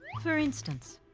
for instance,